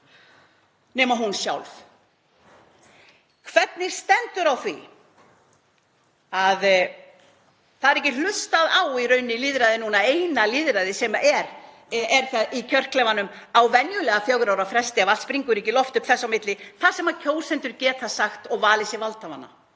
Hvernig stendur á því að það er ekki hlustað á lýðræðið núna, eina lýðræðið sem er í kjörklefanum, venjulega á fjögurra ára fresti ef allt springur ekki í loft upp þess á milli, þar sem kjósendur geta valið sér valdhafana?